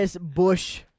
Bush